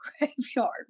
graveyard